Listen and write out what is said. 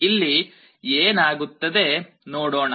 ಇಲ್ಲಿ ಏನಾಗುತ್ತದೆ ನೋಡೋಣ